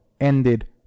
Ended